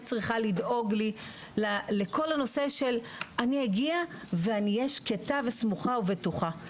צריכה לדאוג לי בכל הנושא שאני אגיע ואהיה שקטה וסמוכה ובטוחה.